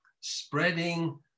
spreading